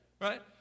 Right